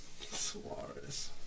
Suarez